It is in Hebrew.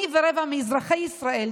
אני ורבע מאזרחי ישראל,